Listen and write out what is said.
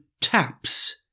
taps